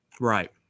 Right